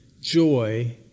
joy